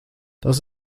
das